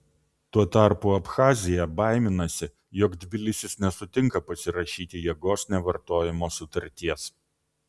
tuo tarpu abchazija baiminasi jog tbilisis nesutinka pasirašyti jėgos nevartojimo sutarties